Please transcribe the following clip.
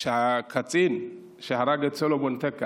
שהקצין שהרג את סלומון טקה